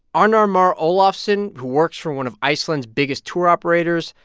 arnar mar olafsson, who works for one of iceland's biggest tour operators,